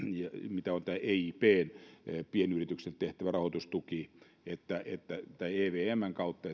mitä on tämä eipn pienyrityksille tehtävä rahoitustuki tai evmn kautta